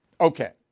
Okay